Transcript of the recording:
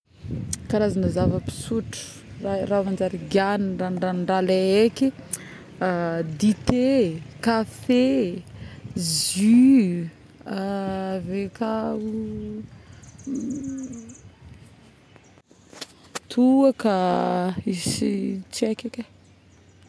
Karazagna zava-pisotro raha manjary giahagna ranondranon-draha le haiky dité, kafé, jus avekao toaka sy tsy haiky eky e!